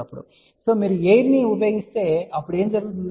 కాబట్టి మీరు ఎయిర్ ని ఉపయోగిస్తే అప్పుడు ఏమి జరుగుతుంది